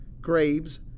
Graves